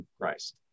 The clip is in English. Christ